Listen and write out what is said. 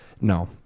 No